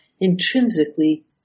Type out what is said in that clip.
intrinsically